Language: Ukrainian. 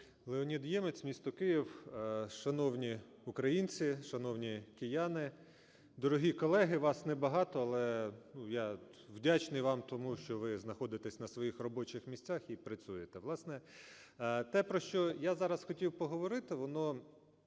Леонід Ємець, місто Київ. Шановні українці! Шановні кияни! Дорогі колеги, вас небагато, але я вдячний вам, тому що ви знаходитесь на своїх робочих місцях і працюєте. Власне, те, про що я хотів поговорити, воно,